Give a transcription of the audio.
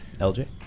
LJ